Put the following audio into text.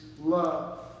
love